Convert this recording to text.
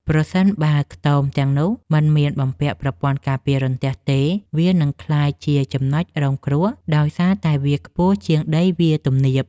ប្រសិនបើខ្ទមទាំងនោះមិនមានបំពាក់ប្រព័ន្ធការពាររន្ទះទេ វានឹងក្លាយជាចំណុចរងគ្រោះដោយសារតែវាខ្ពស់ជាងដីវាលទំនាប។